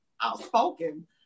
outspoken